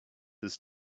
his